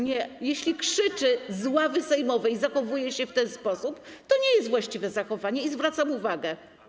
Nie, jeśli krzyczy z ławy sejmowej, zachowuje się w ten sposób, to nie jest właściwe zachowanie i zwracam uwagę.